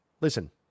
listen